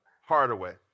Hardaway